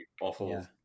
awful